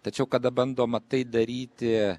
tačiau kada bandoma tai daryti